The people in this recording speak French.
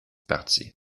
partie